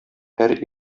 һәр